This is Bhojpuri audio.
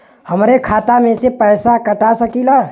हमरे खाता में से पैसा कटा सकी ला?